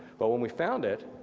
but when we found it,